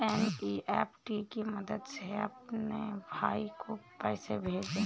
NEFT की मदद से अपने भाई को पैसे भेजें